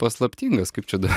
paslaptingas kaip čia dabar